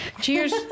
Cheers